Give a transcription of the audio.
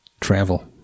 travel